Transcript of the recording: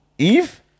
eve